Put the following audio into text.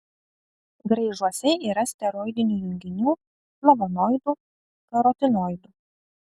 graižuose yra steroidinių junginių flavonoidų karotinoidų